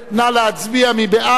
נא להצביע, מי בעד?